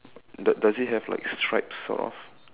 d~ does it have like stripes sort of